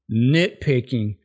nitpicking